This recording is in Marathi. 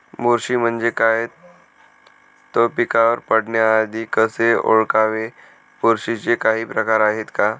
बुरशी म्हणजे काय? तो पिकावर पडण्याआधी कसे ओळखावे? बुरशीचे काही प्रकार आहेत का?